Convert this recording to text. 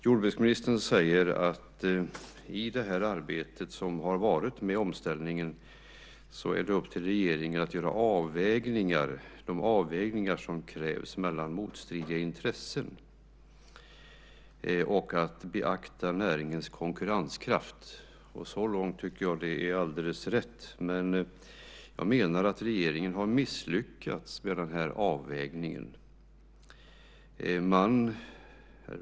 Jordbruksministern säger att det i det arbete som har varit med omställningen är upp till regeringen att göra avvägningar, de avvägningar som krävs mellan motstridiga intressen, och att beakta näringens konkurrenskraft. Så långt tycker jag att det är alldeles rätt. Men jag menar att regeringen har misslyckats med den här avvägningen.